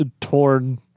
torn